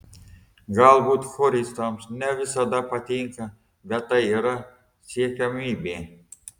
galbūt choristams ne visada patinka bet tai yra siekiamybė